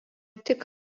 tik